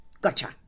gotcha